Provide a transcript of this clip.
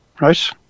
Right